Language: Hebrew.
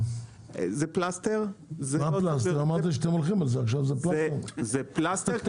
זה לא הפתרון, זה פלסטר.